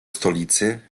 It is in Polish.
stolicy